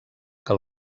que